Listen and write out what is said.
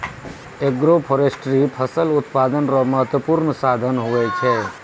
agroforestry फसल उत्पादन रो महत्वपूर्ण साधन हुवै छै